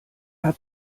hat